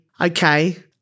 okay